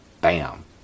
Bam